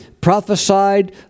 prophesied